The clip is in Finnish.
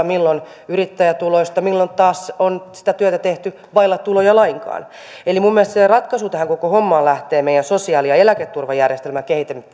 milloin yrittäjätuloista milloin taas on sitä työtä tehty lainkaan vailla tuloja eli minun mielestäni se ratkaisu tähän koko hommaan lähtee meidän sosiaali ja eläketurvajärjestelmän